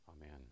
Amen